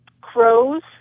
crows